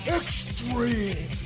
extreme